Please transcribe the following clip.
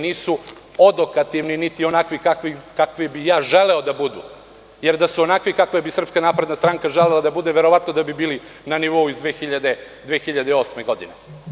Nisu odokativni, niti onakvi kakvi bi ja želeo da budu, jer da su onakvi kakva bi SNS želela da bude, verovatno da bi bili na nivou 2008. godine.